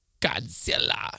Godzilla